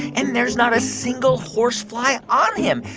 and there's not a single horsefly on him.